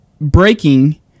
breaking